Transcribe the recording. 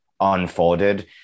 unfolded